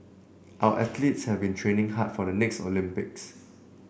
our athletes have been training hard for the next Olympics